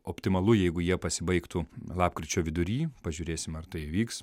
optimalu jeigu jie pasibaigtų lapkričio vidury pažiūrėsim ar tai vyks